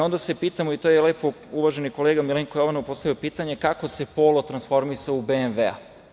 Onda se pitamo, i to je lepo uvaženi kolega Milenko Jovanov, postavio pitanje - kako se polo transformisao u BMW?